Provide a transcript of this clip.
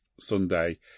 Sunday